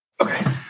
Okay